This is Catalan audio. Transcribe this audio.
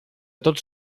tots